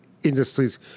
industries